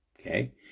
Okay